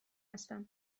هستم